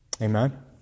Amen